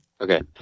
Okay